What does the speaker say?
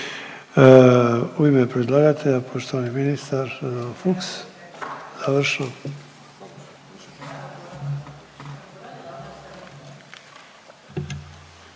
U ime predlagatelja poštovani ministar Fuchs, završno.